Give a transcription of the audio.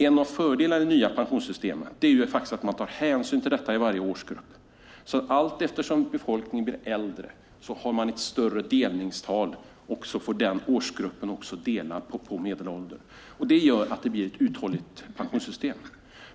En av fördelarna i det nya pensionssystemet är att man faktiskt tar hänsyn till detta i varje årsgrupp. Allteftersom befolkningen blir äldre har man ett större delningstal, och varje årsgrupp får så att säga dela på medelåldern. Det gör att det blir ett uthålligt pensionssystem.